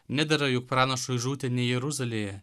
nedera juk pranašui žūti ne jeruzalėje